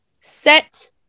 set